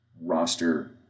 roster